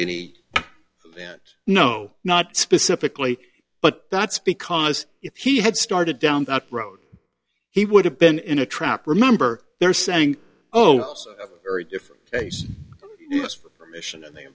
any no not specifically but that's because if he had started down that road he would have been in a trap remember there saying oh very different mission and they